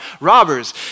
robbers